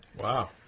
Wow